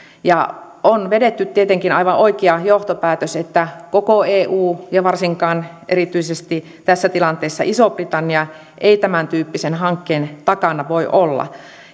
ja on vedetty tietenkin aivan oikea johtopäätös että koko eu varsinkaan erityisesti tässä tilanteessa iso britannia ei tämäntyyppisen hankkeen takana voi olla